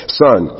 son